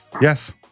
Yes